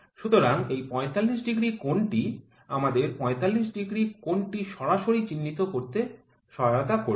সুতরাং এই ৪৫ ডিগ্রি কোণটি আমাদের ৪৫ ডিগ্রি কোণটি সরাসরি চিহ্নিত করতে সহায়তা করবে